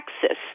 Texas